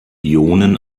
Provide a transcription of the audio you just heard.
ionen